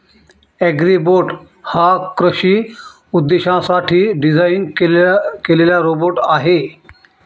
Agribot हा कृषी उद्देशांसाठी डिझाइन केलेला रोबोट आहे